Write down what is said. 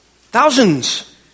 thousands